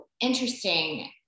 interesting